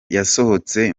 yasohotse